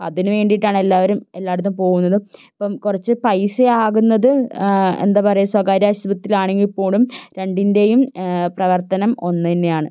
അതിനു വേണ്ടിയിട്ടാണ് എല്ലാവരും എല്ലായിടത്തും പോവുന്നതും ഇപ്പം കുറച്ച് പൈസയാകുന്നത് എന്താ പറയുക സ്വകാര്യ ആശുപത്രിയിലാണെങ്കിൽപ്പോലും രണ്ടിൻ്റേയും പ്രവർത്തനം ഒന്നുതന്നെയാണ്